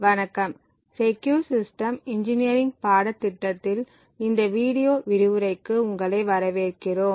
வணக்கம் secure systems engineering பாடத்திட்டத்தில் இந்த வீடியோ விரிவுரைக்கு உங்களை வரவேற்கிறோம்